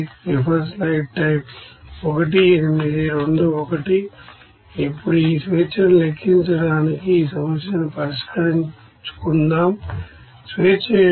ఇప్పుడు ఈ degrees of freedom ను లెక్కించడానికి ఈ సమస్యను పరిష్కరించుకుందాం